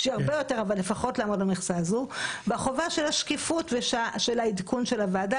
והדבר השני הוא החובה של השקיפות ועדכון הוועדה.